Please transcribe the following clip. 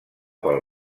pel